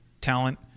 talent